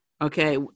Okay